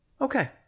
okay